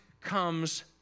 comes